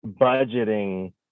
budgeting